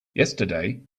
yesterday